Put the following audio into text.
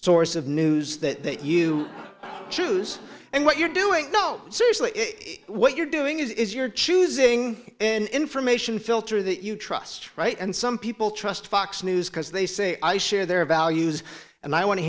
source of news that you choose and what you're doing no seriously what you're doing is you're choosing an information filter that you trust right and some people trust fox news because they say i share their values and i want to